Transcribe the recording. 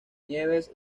nieves